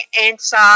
answer